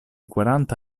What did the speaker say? quaranta